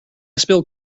spilled